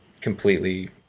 completely